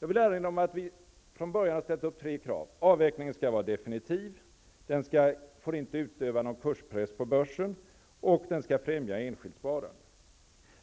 Jag vill erinra om att vi från början har ställt tre krav: avvecklingen skall vara definitiv, den får inte utöva någon kurspress på börsen och den skall främja enskilt sparande.